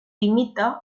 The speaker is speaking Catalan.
limita